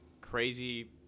crazy